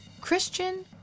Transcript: Christian